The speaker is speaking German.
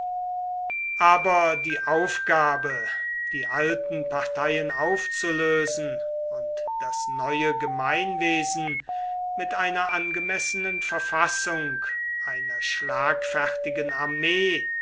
aber die aufgabe die alten parteien aufzulösen und das neue gemeinwesen mit einer angemessenen verfassung einer schlagfertigen armee